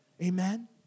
Amen